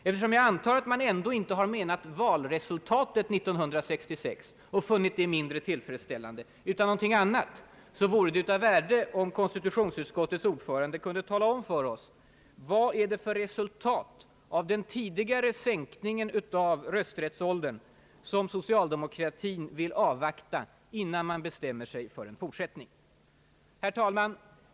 Eftersom jag antar att man ändå inte har menat valresultatet 1966 — och funnit det mindre tillfredsställande — utan någonting annat, vore det av värde om konstitutionsutskottets ordförande kunde tala om för oss vad det är för resultat av den tidigare sänkningen av rösträttsåldern som socialdemokratien vill avvakta innan den bestämmer sig för en fortsättning.